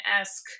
esque